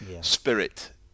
spirit